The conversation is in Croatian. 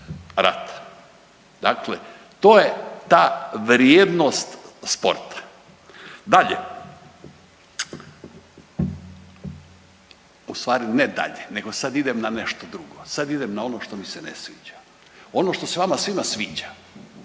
dakle to je ta vrijednost sporta. Dalje, u stvari ne dalje nego sad idem na nešto drugo, sad idem na ono što mi se ne sviđa, ono što se vama svima sviđa.